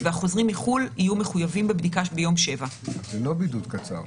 והחוזרים מחו"ל יהיו מחויבים בבדיקה ביום 7. זה לא בידוד קצר.